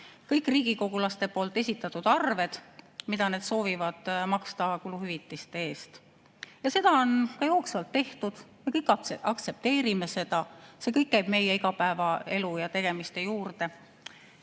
kõik riigikogulaste esitatud arved, mida need soovivad maksta kuluhüvitiste eest. Seda on ka jooksvalt tehtud, me kõik aktsepteerime seda, see kõik käib meie igapäevaelu ja tegemiste juurde.